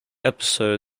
episode